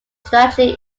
strategic